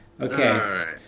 Okay